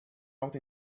out